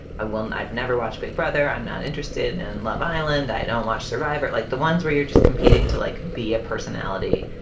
i won't i've never watched big brother. i'm not interested in love island. i don't watch survivor like the ones where you're just competing to, like, be a personality.